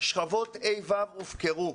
שכבות ה'-ו' הופקרו.